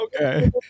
Okay